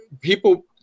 people